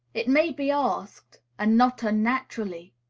it may be asked, and not unnaturally,